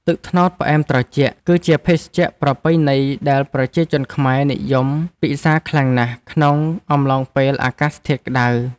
ទឹកត្នោតផ្អែមត្រជាក់ គឺជាភេសជ្ជៈប្រពៃណីដែលប្រជាជនខ្មែរនិយមពិសារខ្លាំងណាស់ក្នុងអំឡុងពេលអាកាសធាតុក្តៅ។